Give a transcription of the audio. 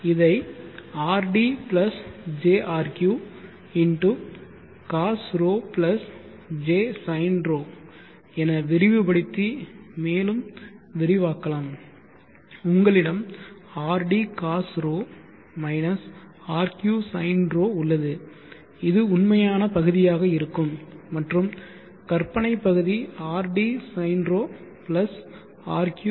இதை rd jrq Cos𝜌 j Sin𝜌 என விரிவுபடுத்தி மேலும் விரிவாக்கலாம் உங்களிடம் rdCos𝜌 rq Sin𝜌 உள்ளது இது உண்மையான பகுதியாக இருக்கும் மற்றும் கற்பனையான பகுதி rd Sin𝜌 rq Cos𝜌